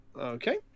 Okay